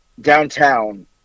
downtown